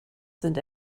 sind